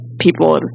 people